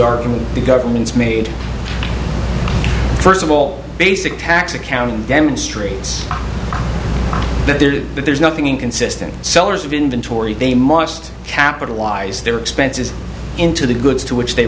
argument the government's made first of all basic tax accounting demonstrates that there's nothing inconsistent sellers of inventory they must capitalize their expenses into the goods to which they